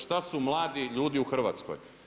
Šta su mladi ljudi u Hrvatskoj?